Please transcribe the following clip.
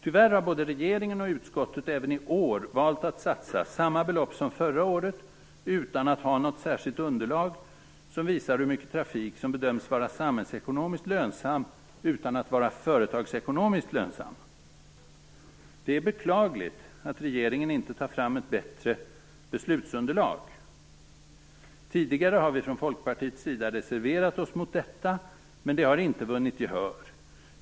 Tyvärr har både regeringen och utskottet även i år valt att satsa samma belopp som förra året utan att ha något särskilt underlag som visar hur mycket trafik som bedöms vara samhällsekonomiskt lönsam utan att vara företagsekonomiskt lönsam. Det är beklagligt att regeringen inte tar fram ett bättre beslutsunderlag. Tidigare har vi från Folkpartiets sida reserverat oss mot detta, men det har inte vunnit gehör.